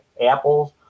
apples